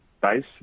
base